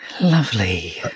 Lovely